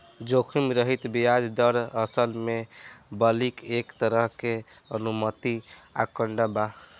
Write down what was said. जोखिम रहित ब्याज दर, असल में बल्कि एक तरह के अनुमानित आंकड़ा बा